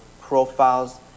profiles